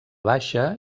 baixa